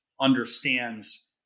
understands